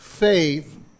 faith